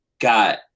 got